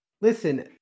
listen